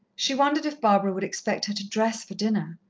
she wondered if barbara would expect her to dress for dinner.